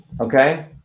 Okay